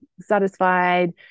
satisfied